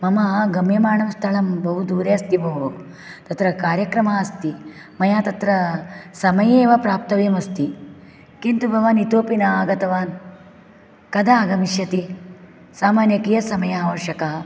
मम गम्यमाणं स्थळं बहु दूरे अस्ति भोः तत्र मम कार्यक्रमः अस्ति मया तत्र समये एव प्राप्तव्यम् अस्ति किन्तु भवान् इतोऽपि न आगतवान् कदा आगमिष्यति सामान्य कियत् समयः आवश्यकः